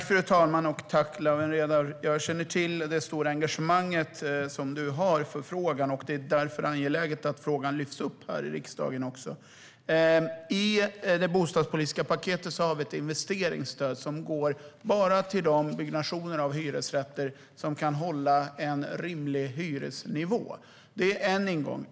Fru talman! Jag känner till Lawen Redars stora engagemang i frågan, och det är därför angeläget att frågan lyfts upp i riksdagen. I det bostadspolitiska paketet har vi ett investeringsstöd som bara går till sådan byggnation av hyresrätter som kan hålla en rimlig hyresnivå. Det är en ingång.